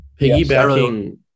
Piggybacking